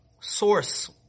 source